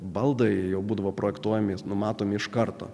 baldai jau būdavo projektuojami numatomi iš karto